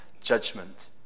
judgment